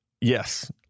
Yes